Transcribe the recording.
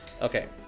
okay